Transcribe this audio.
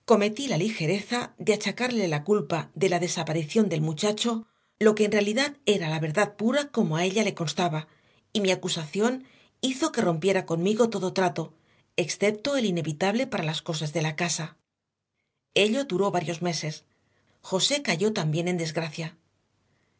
la ligereza de achacarle la culpa de la desaparición del muchacho lo que en realidad era la verdad pura como a ella le constaba y mi acusación hizo que rompiera conmigo todo trato excepto el inevitable para las cosas de la casa ello duró varios meses josé cayó también en desgracia